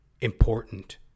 important